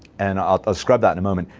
and i'll scrub that in a moment.